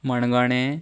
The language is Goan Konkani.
मणगोणें